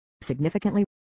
significantly